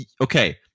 Okay